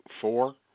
four